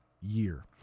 year